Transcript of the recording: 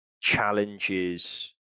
challenges